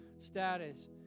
status